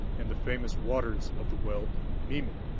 in the famous waters of the well of mimir,